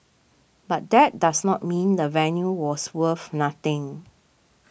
but that does not mean the venue was worth nothing